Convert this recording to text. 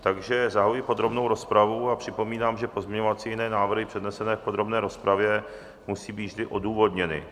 Takže zahajuji podrobnou rozpravu a připomínám, že pozměňovací a jiné návrhy přednesené v podrobné rozpravě musí být vždy odůvodněny.